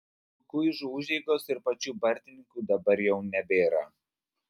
rukuižų užeigos ir pačių bartininkų dabar jau nebėra